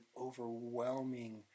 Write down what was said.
overwhelming